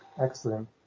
Excellent